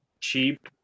cheap